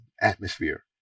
atmosphere